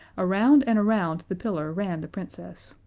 around and around the pillar ran the princess.